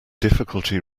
difficulty